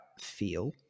feel